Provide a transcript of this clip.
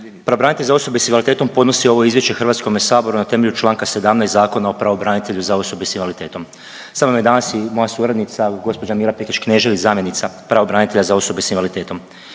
Pravobranitelj za osobe s invaliditetom podnosi ovo Izvješće HS-u na temelju čl. 17 Zakona o pravobranitelju za osobe s invaliditetom. Sa mnom je danas i moja suradnica, gđa Mira Pekeč-Knežević, zamjenica pravobranitelja za osobe s invaliditetom.